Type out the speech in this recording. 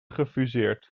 gefuseerd